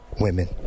women